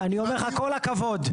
כל הכבוד.